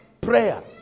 prayer